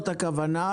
זאת הכוונה.